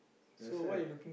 that's why